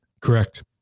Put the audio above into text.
Correct